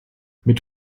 mit